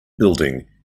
building